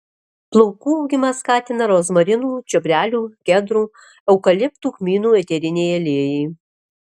plaukų augimą skatina rozmarinų čiobrelių kedrų eukaliptų kmynų eteriniai aliejai